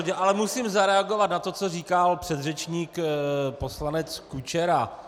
Ale musím zareagovat na to, co říkal předřečník poslanec Kučera.